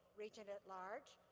regent at large.